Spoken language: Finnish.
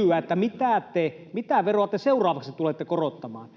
Voi vaan kysyä, mitä veroa te seuraavaksi tulette korottamaan.